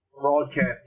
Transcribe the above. broadcast